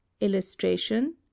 illustration